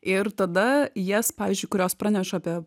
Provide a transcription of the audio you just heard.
ir tada jas pavyzdžiui kurios praneša apie